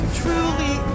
truly